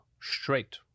straight